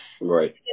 Right